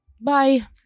Bye